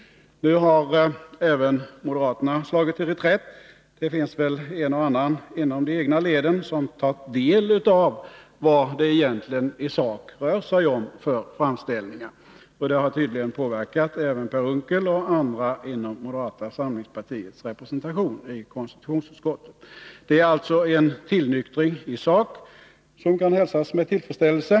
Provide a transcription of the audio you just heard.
Nu har även moderaterna slagit till reträtt. Det finns väl en och annan inom de egna leden som tagit del av vad det egentligen i sak rör sig om för framställningar. Det har tydligen påverkat även Per Unckel och andra inom moderata samlingspartiets representation i konstitutionsutskottet. Det är alltså en tillnyktring i sak, som kan hälsas med tillfredsställelse.